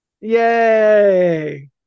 Yay